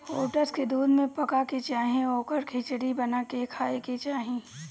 oats के दूध में पका के चाहे ओकर खिचड़ी बना के खाए के चाही